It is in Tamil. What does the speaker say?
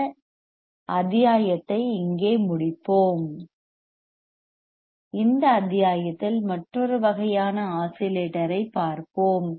இந்த அத்தியாயத்தை இங்கே முடிப்போம் அடுத்த அத்தியாயத்தில் மற்றொரு வகையான ஆஸிலேட்டரைப் பார்ப்போம்